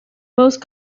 most